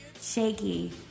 shaky